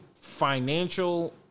financial